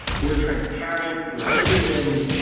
we're transparent, we're human,